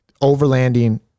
overlanding